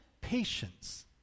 Patience